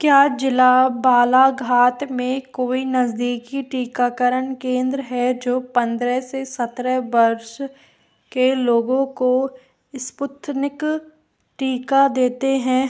क्या ज़िला बालाघात में कोई नज़दीकी टीकाकरण केंद्र है जो पन्द्रह से सत्रह वर्ष के लोगों को स्पुतनिक टीका देते हैं